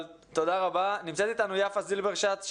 נמצאת אתנו יפה זילברשץ,